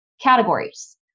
categories